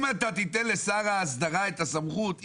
אם אתה תיתן לשר ההסדרה את הסמכות,